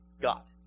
God